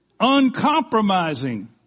Uncompromising